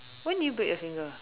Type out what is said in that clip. when did you break your finger